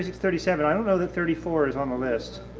six, thirty seven. i don't know that thirty four is on the list.